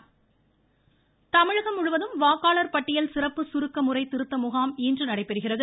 ழுள்ள்ள வாக்காளர் பட்டியல் தமிழகம் முழுவதும் வாக்காளர் பட்டியல் சிறப்பு சுருக்க முறை திருத்த முகாம் இன்று நடைபெறுகிறது